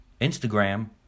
Instagram